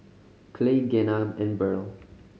Clay Gena and Burl